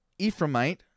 Ephraimite